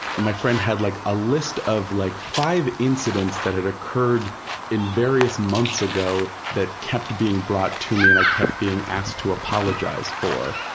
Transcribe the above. my friend had like a list of like five incidents that had occurred in various months ago that kept being brought to me and i kept being asked to apologize for.